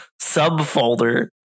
subfolder